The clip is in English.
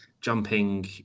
jumping